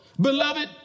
beloved